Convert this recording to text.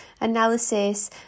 analysis